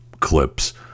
clips